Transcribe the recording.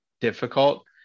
difficult